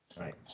Right